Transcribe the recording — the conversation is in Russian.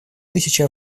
тысячи